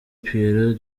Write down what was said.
pierrot